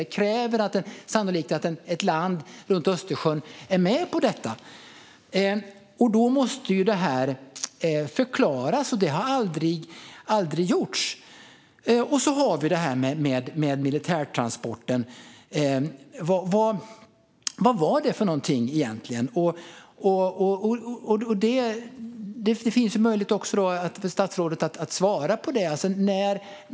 Det kräver sannolikt att ett land runt Östersjön är med på detta. Det måste förklaras, och det har aldrig gjorts. Och så har vi detta med militärtransporten. Vad var det egentligen? Det finns möjlighet för statsrådet att svara på det.